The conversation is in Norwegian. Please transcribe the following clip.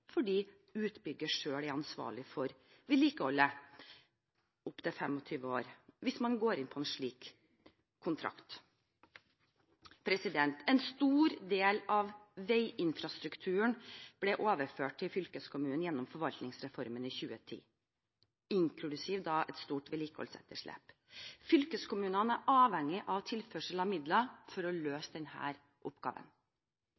fordi utbyggeren selv er ansvarlig for vedlikeholdet i opptil 25 år hvis man går inn på en slik kontrakt. En stor del av veiinfrastrukturen ble overført til fylkeskommunene gjennom forvaltningsreformen i 2010 – inklusiv et stort vedlikeholdsetterslep. Fylkeskommunene er avhengig av tilførsel av midler for å